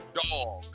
dog